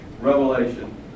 revelation